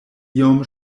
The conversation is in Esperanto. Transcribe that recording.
iom